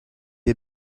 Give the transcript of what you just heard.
est